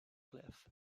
cliff